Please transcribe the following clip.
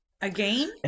Again